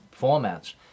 formats